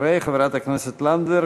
אחרי חברת הכנסת לנדבר,